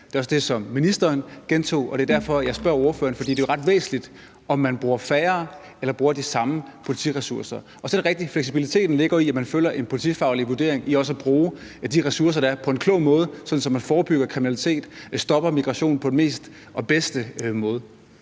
Det er også det, som ministeren gentog. Og det er derfor, jeg spørger ordføreren, for det er jo ret væsentligt, om man bruger færre eller bruger de samme politiressourcer. Og så er det rigtigt, at fleksibiliteten jo ligger i, at man følger en politifaglig vurdering i forhold til også at bruge de ressourcer, der er, på en klog måde, sådan at man forebygger kriminalitet og stopper migrationen på den bedste måde.